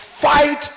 fight